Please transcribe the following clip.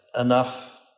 enough